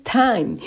time